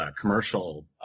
commercial